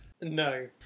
No